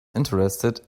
interested